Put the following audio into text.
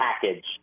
package